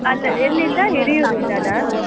ಅಲ್ಲ ಎಲ್ಲಿಂದ ಹಿರಿಯೂರಿಂದನಾ